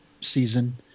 season